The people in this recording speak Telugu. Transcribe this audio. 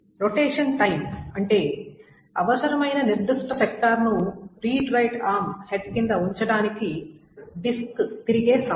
రొటేషన్ టైం అంటే అవసరమైన నిర్దిష్ట సెక్టార్ ను రీడ్ రైట్ ఆర్మ్ హెడ్ కింద ఉంచటానికి డిస్క్ తిరిగే సమయం